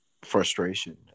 frustration